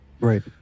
Right